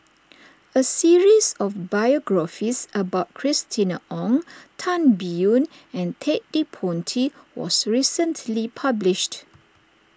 a series of biographies about Christina Ong Tan Biyun and Ted De Ponti was recently published